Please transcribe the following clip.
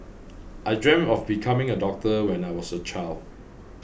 I dreamt of becoming a doctor when I was a child